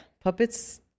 puppets